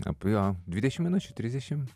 apie dvidešim minučių trisdešim